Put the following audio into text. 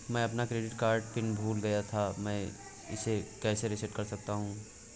मैं अपना credit card pin भूल गया था मैं इसे कैसे रीसेट कर सकता हूँ?